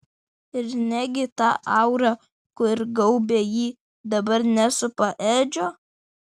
ir negi ta aura kur gaubė jį dabar nesupa edžio